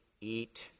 eat